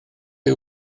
ydi